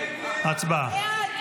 הצבעה.